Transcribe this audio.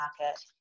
market